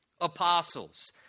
apostles